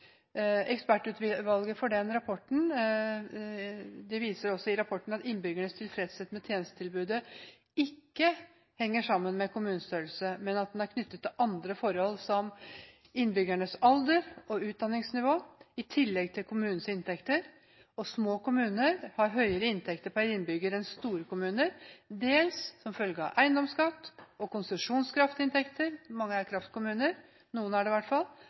Ekspertutvalget viser i rapporten til at innbyggernes tilfredshet med tjenestetilbudet ikke henger sammen med kommunestørrelsen, men at den er knyttet til andre forhold, som innbyggernes alder og utdanningsnivå, i tillegg til kommunenes inntekter. At små kommuner har høyere inntekter per innbygger enn store kommuner, er dels en følge av eiendomsskatt og konsesjonskraftinntekter – mange er kraftkommuner, i hvert fall noen